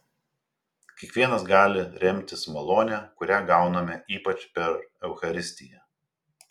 kiekvienas gali remtis malone kurią gauname ypač per eucharistiją